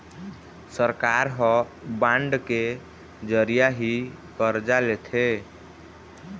सरकार ह बांड के जरिया ही करजा लेथे